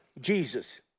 Jesus